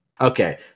Okay